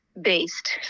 based